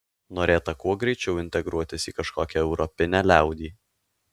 norėta kuo greičiau integruotis į kažkokią europinę liaudį